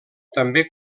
també